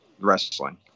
wrestling